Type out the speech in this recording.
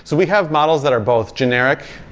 so we have models that are both generic,